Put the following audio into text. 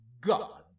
God